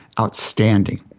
outstanding